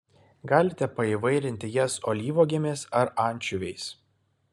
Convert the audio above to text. galite paįvairinti jas alyvuogėmis ar ančiuviais